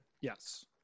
yes